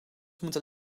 moeten